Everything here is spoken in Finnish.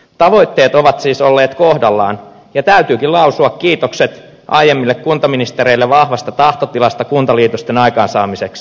tavoitteet ovat siis olleet kohdallaan ja täytyykin lausua kiitokset aiemmille kuntaministereille vahvasta tahtotilasta kuntaliitosten aikaansaamiseksi